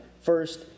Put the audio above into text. first